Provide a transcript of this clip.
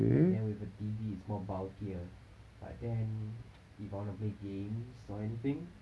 then with a T_V it's more bulkier but then if I want to play games or anything